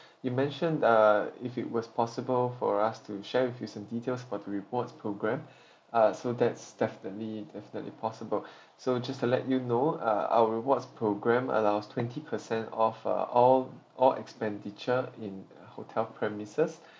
you mentioned uh if it was possible for us to share with you some details for the rewards program uh so that's definitely definitely possible so just to let you know uh our rewards program allows twenty per cent of uh all all expenditure in hotel premises